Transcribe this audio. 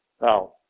Now